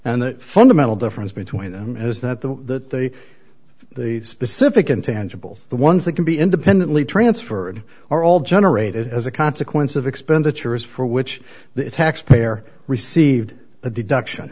and the fundamental difference between them is that the specific intangible the ones that can be independently transferred or all generated as a consequence of expenditures for which the taxpayer received a deduction